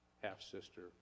half-sister